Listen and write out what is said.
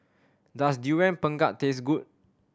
does Durian Pengat taste good